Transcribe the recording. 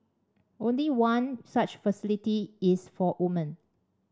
only one such facility is for woman